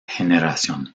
generación